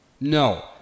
No